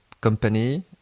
company